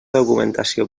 documentació